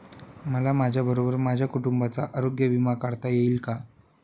मला माझ्याबरोबर माझ्या कुटुंबाचा आरोग्य विमा काढता येईल का?